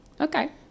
Okay